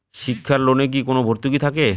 শিক্ষার লোনে কি কোনো ভরতুকি থাকে?